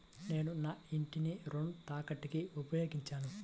నేను నా ఇంటిని రుణ తాకట్టుకి ఉపయోగించాను